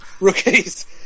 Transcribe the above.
Rookie's